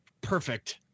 perfect